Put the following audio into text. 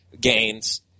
gains